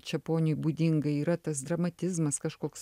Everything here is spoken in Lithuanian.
čeponiui būdinga yra tas dramatizmas kažkoks